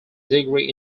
degree